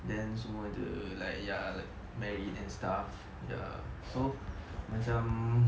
then semua ada like ya like married and stuff ya so macam